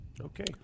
Okay